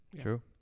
True